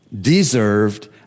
deserved